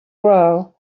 grow